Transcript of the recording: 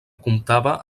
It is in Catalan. comptava